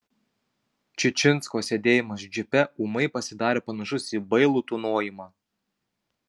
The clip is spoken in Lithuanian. čičinsko sėdėjimas džipe ūmai pasidarė panašus į bailų tūnojimą